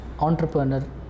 entrepreneur